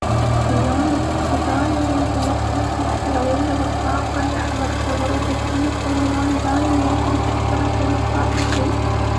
اللون البرتقالي عندي مرتبط بالحيوية والطاقة. يحضر في غروب الشمس، وهو لون دايم يعكس الفرح والنشاط في أي إشي.